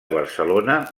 barcelona